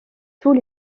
tout